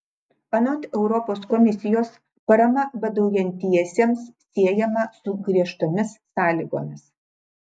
anot europos komisijos parama badaujantiesiems siejama su griežtomis sąlygomis